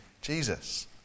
Jesus